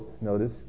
notice